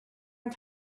and